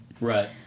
Right